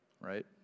right